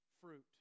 fruit